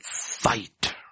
fight